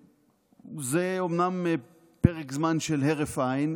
זה אומנם פרק זמן של הרף עין,